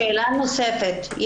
שאלה נוספת.